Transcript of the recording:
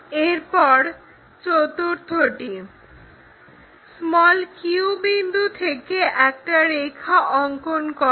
এরপর চতুর্থটি q বিন্দু থেকে একটা রেখা অঙ্কন করো